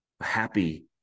happy